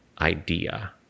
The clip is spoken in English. idea